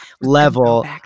level